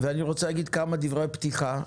אומר כמה דברי פתיחה,